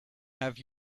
have